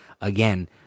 again